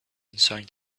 inside